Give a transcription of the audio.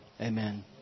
Amen